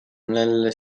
nelle